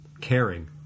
caring